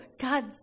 God